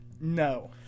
No